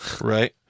Right